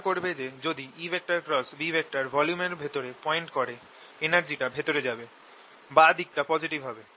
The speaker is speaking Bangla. খেয়াল করবে যে যদি EB ভলিউমের ভেতরে পয়েন্ট করে এনার্জি টা ভেতরে যাবে বাঁ দিকটা পজিটিভ হবে